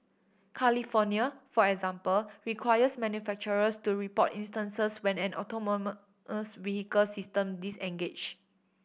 California for example requires manufacturers to report instances when an vehicle system disengage